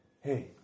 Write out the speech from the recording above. Hey